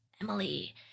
Emily